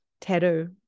tattoo